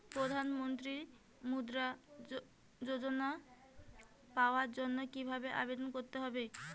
প্রধান মন্ত্রী মুদ্রা যোজনা পাওয়ার জন্য কিভাবে আবেদন করতে হবে?